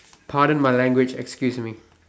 pardon my language excuse me